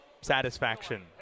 satisfaction